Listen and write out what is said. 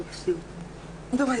שמענו בקשב רב את